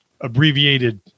abbreviated